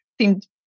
seemed